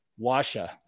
Washa